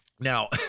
now